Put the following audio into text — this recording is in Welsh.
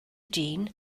dyn